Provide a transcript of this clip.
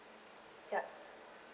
yup